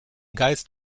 geist